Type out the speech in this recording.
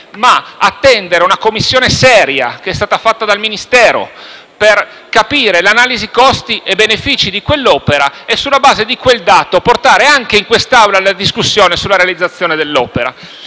ma attendere una commissione seria, che è stata fatta dal Ministero, per capire l'analisi costi-benefici di quell'opera e sulla base di quel dato portare anche in quest'Aula la discussione sulla realizzazione dell'opera.